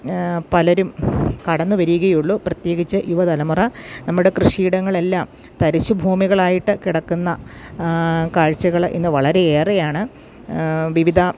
പലരും കടന്നുവരികയുള്ളൂ പ്രത്യേകിച്ച് യുവതലമുറ നമ്മുടെ കൃഷിയിടങ്ങളെല്ലാം തരിശുഭൂമികളായിട്ട് കിടക്കുന്ന കാഴ്ചകള് ഇന്ന് വളരെയേറെയാണ് വിവിധ